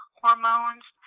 hormones